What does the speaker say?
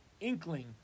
inkling